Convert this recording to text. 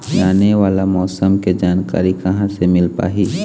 आने वाला मौसम के जानकारी कहां से मिल पाही?